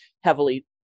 heavily